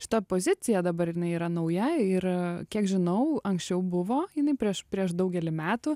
šita pozicija dabar jinai yra nauja ir kiek žinau anksčiau buvo jinai prieš prieš daugelį metų